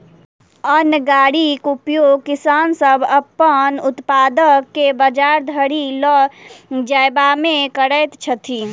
अन्न गाड़ीक उपयोग किसान सभ अपन उत्पाद के बजार धरि ल जायबामे करैत छथि